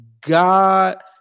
God